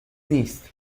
نیست